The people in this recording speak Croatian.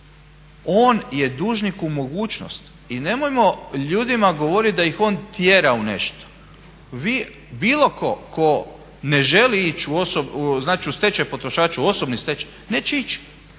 on je dužniku mogućnost i nemojmo ljudima govoriti da ih on tjera u nešto. Vi bilo tko, tko ne želi ići znači u stečaj potrošača, u osobni stečaj neće ići